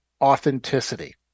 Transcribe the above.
authenticity